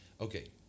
Okay